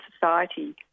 society